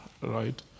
right